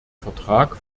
vertrag